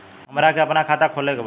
हमरा के अपना खाता खोले के बा?